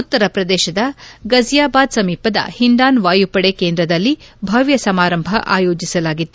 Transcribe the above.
ಉತ್ತರ ಪ್ರದೇಶದ ಗಜಿಯಾಬಾದ್ ಸಮೀಪದ ಹಿಂದಾನ್ ವಾಯುಪಡೆ ಕೇಂದ್ರದಲ್ಲಿ ಭವ್ಯ ಸಮಾರಂಭ ಆಯೋಜಿಸಲಾಗಿತ್ತು